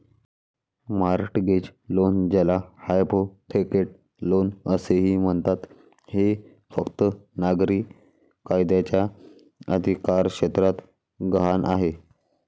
mortgage loan, ज्याला hypothecate loan असेही म्हणतात, हे फक्त नागरी कायद्याच्या अधिकारक्षेत्रात गहाण आहे